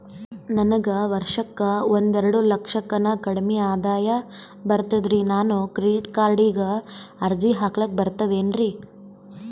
ನನಗ ವರ್ಷಕ್ಕ ಒಂದೆರಡು ಲಕ್ಷಕ್ಕನ ಕಡಿಮಿ ಆದಾಯ ಬರ್ತದ್ರಿ ನಾನು ಕ್ರೆಡಿಟ್ ಕಾರ್ಡೀಗ ಅರ್ಜಿ ಹಾಕ್ಲಕ ಬರ್ತದೇನ್ರಿ?